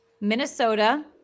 Minnesota